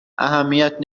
اهمیت